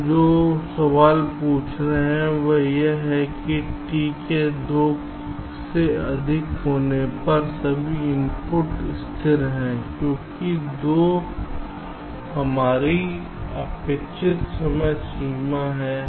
हम जो सवाल पूछ रहे हैं वह के समय t के 2 से अधिक होने पर सभी इनपुट स्थिर है क्योंकि 2 हमारी अपेक्षित समय सीमा है